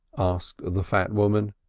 asked the fat woman.